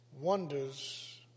wonders